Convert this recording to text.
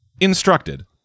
instructed